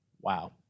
Wow